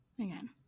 again